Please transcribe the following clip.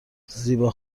زیبا